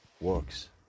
works